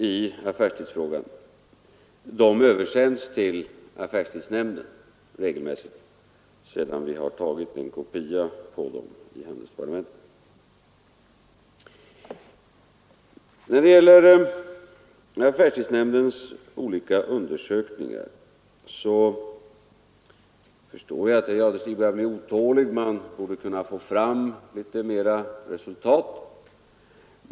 De översänds regelmässigt till affärstidsnämnden sedan vi har tagit en kopia av dem på handelsdepartementet. När det gäller affärstidsnämndens olika undersökningar förstår jag att herr Jadestig börjar bli otålig. Man borde kunna få fram mera resultat, tycker han.